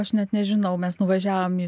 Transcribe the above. aš net nežinau mes nuvažiavom į